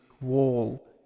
wall